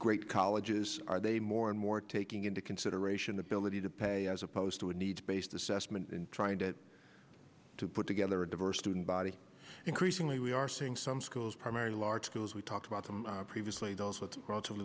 great colleges are they more and more taking into consideration the ability to pay as opposed to a need based assessment and trying to put together a diverse student body increasingly we are seeing some schools primary large schools we talked about them previously those with